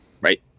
right